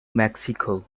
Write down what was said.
mexico